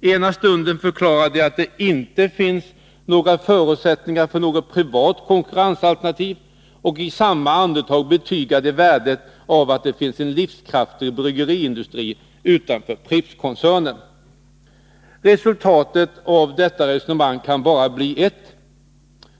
Först förklarar de att det inte finns några förutsättningar för något privat konkurrensalternativ, och sedan i samma andetag betygar de värdet av att det finns en livskraftig bryggerindustri utanför Prippskoncernen. Resultatet av detta resonemang kan bara bli ett.